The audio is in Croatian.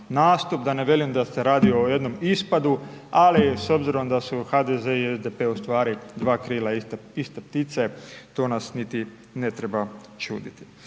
da ne velim da se radi o jednom ispadu, ali s obzirom da su HDZ i SDP, ustvari 2 krila, iste ptice, to nas niti ne treba čuditi.